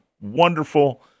wonderful